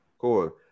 cool